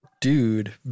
dude